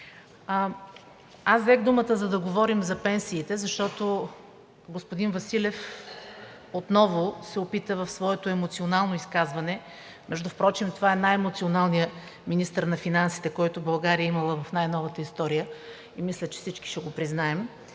Взех думата, за да говорим за пенсиите, защото господин Василев отново се опита в своето емоционално изказване – между другото, това е най емоционалният министър на финансите, който България е имала в най-новата история, и мисля, че всички ще го признаем